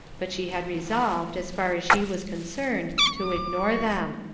but she had resolved, as far as she was concerned, to ignore them.